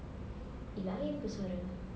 eh lain apa suara